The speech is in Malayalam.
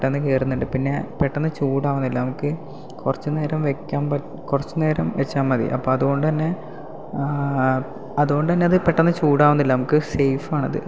പെട്ടെന്ന് കേറുന്നുണ്ട് പിന്നെ പെട്ടെന്ന് ചൂടാവുന്നില്ല നമുക്ക് കുറച്ചു നേരം വയ്ക്കാൻ പ കുറച്ചുനേരം വെച്ചാൽ മതി അപ്പോൾ അതുകൊണ്ട് തന്നെ അതുകൊണ്ട് തന്നെ അത് പെട്ടെന്ന് ചൂടാകുന്നില്ല നമുക്ക് സേഫാണത്